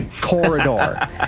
corridor